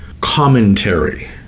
commentary